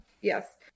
Yes